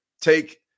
take